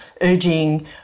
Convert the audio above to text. urging